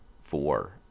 four